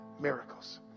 Miracles